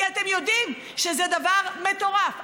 כי אתם יודעים שזה דבר מטורף.